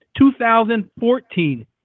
2014